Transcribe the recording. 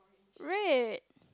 red